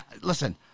listen